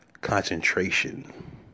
concentration